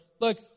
Look